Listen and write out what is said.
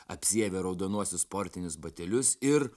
apsiavė raudonuosius sportinius batelius ir